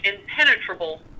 impenetrable